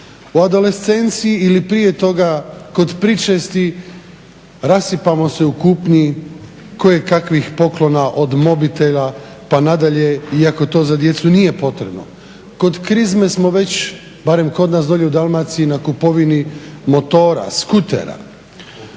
O adolescenciji ili prije toga o pričesti rasipamo se u kupnji kojekakvih poklona – od mobitela pa na dalje, iako to za djecu nije potrebno. Kod krizme smo već, barem kod nas dolje u Dalmaciji na kupovini motora, skutera.